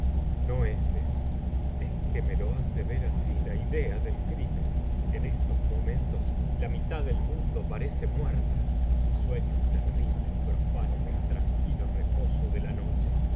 no es esoj es que me lo hace ver así la idea del crimen en estos momentos la mitad del mundo parece muerta y sueños terribles profanan el tranquilo reposo de la noche